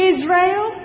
Israel